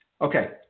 okay